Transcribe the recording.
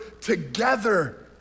together